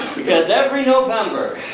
because every november,